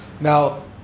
Now